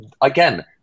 again